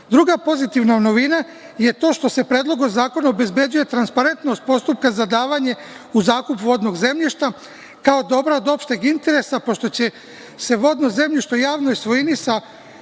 pozitivna novina je to što se Predlogom zakona obezbeđuje transparentnost postupka za davanje u zakup vodnog zemljišta kao dobra od opšteg interesa, pošto će se vodno zemljište u javnoj svojini